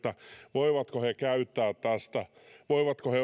voivatko he käyttää tätä voivatko he